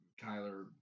Kyler